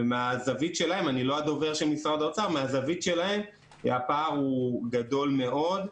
מן הזווית שלהם אני לא הדובר של משרד האוצר הפער גדול מאוד.